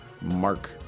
Mark